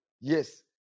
Yes